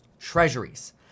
treasuries